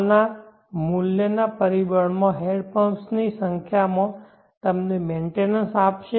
હાલના મૂલ્યના પરિબળમાં હેન્ડ પમ્પ્સની સંખ્યામાં તમને મેન્ટેનન્સ આપશે